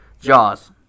Jaws